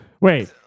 Wait